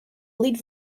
lead